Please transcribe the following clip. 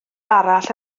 arall